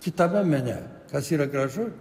kitame mene kas yra gražu